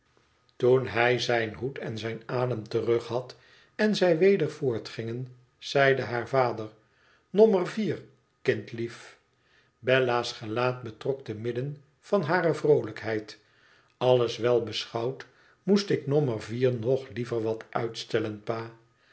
toen hij zijn hoed en zijn adem terug had en zij weder voortgingen zeide haar vader nommer vier kindlief bella's gelaat betrok te midden van hare vroolijkheid t alles wel beschouwd moest ik nommer vier nog liever wat uitstellen pa